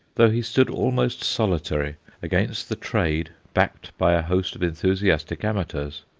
though he stood almost solitary against the trade, backed by a host of enthusiastic amateurs.